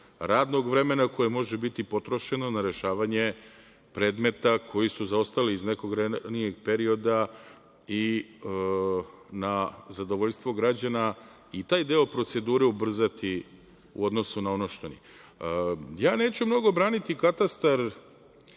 radnog vremena koje može biti potrošeno na rešavanje predmeta koji su zaostali iz nekog ranijeg perioda i na zadovoljstvo građana i taj deo procedure ubrzati u odnosu na ono što nije. Ja neću mnogo braniti katastar,